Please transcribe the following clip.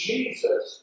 Jesus